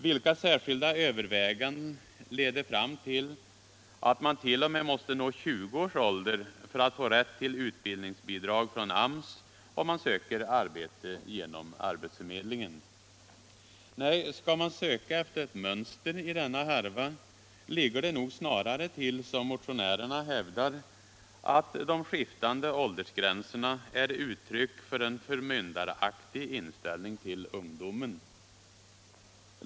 Vilka särskilda överväganden leder fram till att man måste nå t.o.m. 20 års ålder för att få rätt till utbildningsbidrag från AMS om man söker arbete genom arbetsförmedlingen? Nej, skall man söka efter ett mönster i denna härva ligger det nog snarare till så som motionärerna hävdar, att de skiftande åldersgränserna är uttryck för en förmyndaraktig inställning till ungdomen.